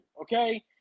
okay